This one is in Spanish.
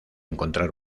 encontrar